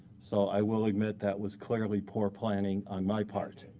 so i will admit that was clearly poor planning on my part.